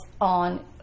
on